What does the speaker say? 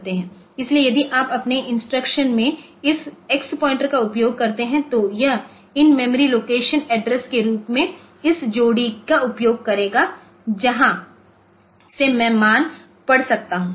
इसलिए यदि आप अपने इंस्ट्रक्शन में इस एक्स पॉइंटर का उपयोग करते हैं तो यह इस मेमोरी लोकेशन एड्रेस के रूप में इस जोड़ी का उपयोग करेगा जहां से मान पढ़ा जाना चाहिए